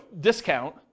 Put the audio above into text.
discount